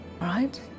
Right